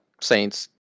Saints